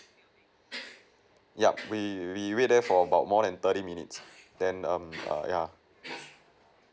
yup we we wait there for about more than thirty minutes then um err yeah